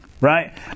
right